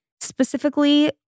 specifically